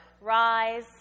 rise